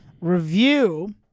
review